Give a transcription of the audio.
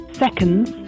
seconds